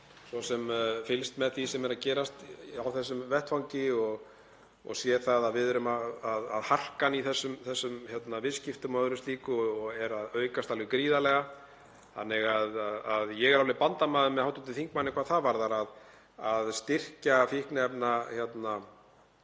svo sem fylgst með því sem er að gerast á þessum vettvangi og séð að harkan í þessum viðskiptum og öðru slíku er að aukast alveg gríðarlega þannig að ég er alveg bandamaður hv. þingmanns hvað það varðar að styrkja fíkniefnarannsóknir